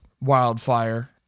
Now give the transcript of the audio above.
wildfire